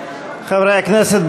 חברי הכנסת,